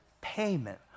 payment